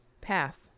Pass